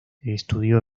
estudió